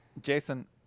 Jason